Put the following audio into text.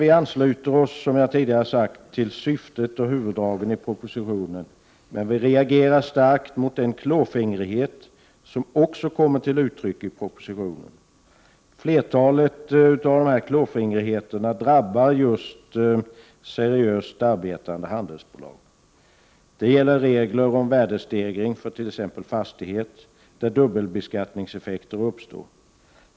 Vi ansluter oss, som jag tidigare sagt, till syftet och til huvuddragen i propositionen, men vi reagerar starkt mot den klåfingrighet som också kommer till uttryck där. Flertalet av klåfingrigheterna drabba just seriöst arbetande handelsbolag. Det gäller regler om värdestegring fd t.ex. fastighet, där dubbelbeskattningseffekter uppstår.